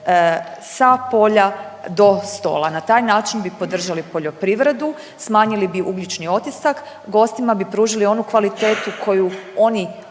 sa polja do stola. Na taj način bi podržali poljoprivredu, smanjili bi ugljični otisak, gostima bi pružili onu kvalitetu koju oni očekuju